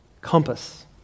Compass